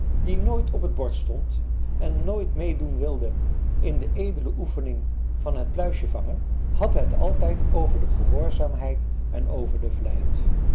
die nooit op het bord stond en nooit meedoen wilde in de edele oefening van het puisje vangen had het altijd over de gehoorzaamheid en over de